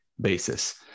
basis